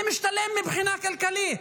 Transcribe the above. זה משתלם מבחינה כלכלית.